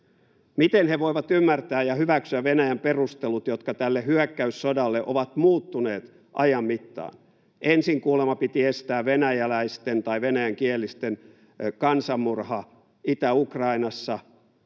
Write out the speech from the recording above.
Miten he voivat ymmärtää ja hyväksyä Venäjän perustelut, jotka tälle hyökkäyssodalle ovat muuttuneet ajan mittaan? Ensin kuulemma piti estää venäläisten, tai venäjänkielisten, kansanmurha Itä-Ukrainassa,